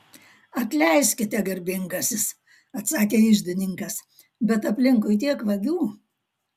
atleiskite garbingasis atsakė iždininkas bet aplinkui tiek vagių